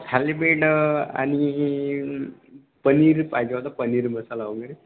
थालीपीठ आणि पनीर पाहिजे होतं पनीर मसाला वगैरे